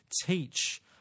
teach